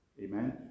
amen